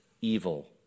evil